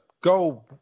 go